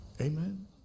Amen